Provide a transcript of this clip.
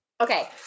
okay